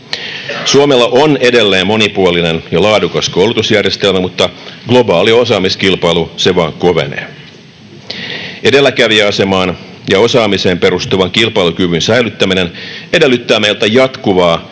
Suomella on edelleen monipuolinen ja laadukas koulutusjärjestelmä, mutta globaali osaamiskilpailu se vain kovenee. Edelläkävijäasemaan ja osaamiseen perustuvan kilpailukyvyn säilyttäminen edellyttää meiltä jatkuvaa